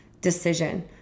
decision